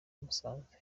musanze